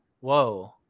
whoa